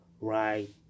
right